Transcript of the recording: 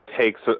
Takes